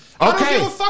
Okay